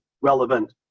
relevant